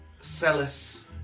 Celis